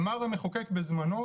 אמר המחוקק בזמנו,